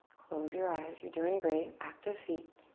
close your eyes. you're doing great. active feet.